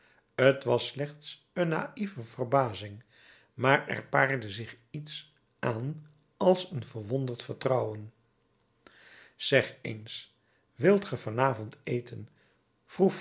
t was slechts een naïeve verbazing maar er paarde zich iets aan als een verwonderd vertrouwen zeg eens wilt ge van avond eten vroeg